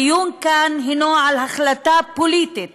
הדיון כאן הנו על החלטה פוליטית